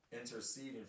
interceding